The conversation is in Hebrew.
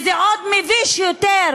זה מביש עוד יותר